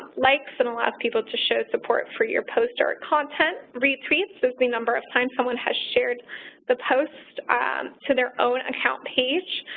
likes and allow people to show support for your poster content. retweets is the number of times someone has shared the post to their own account page.